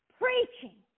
preaching